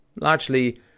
largely